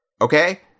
okay